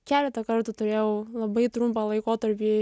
keletą kartų turėjau labai trumpą laikotarpį